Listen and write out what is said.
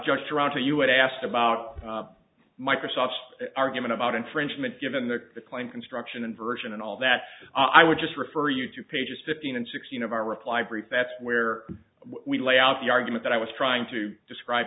just around to us asked about microsoft's argument about infringement given the a claim construction inversion and all that i would just refer you to pages fifteen and sixteen of our reply brief that's where we lay out the argument that i was trying to describe